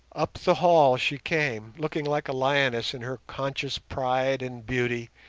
up the hall she came, looking like a lioness in her conscious pride and beauty,